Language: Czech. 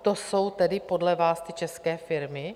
To jsou tedy podle vás ty české firmy?